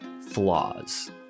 Flaws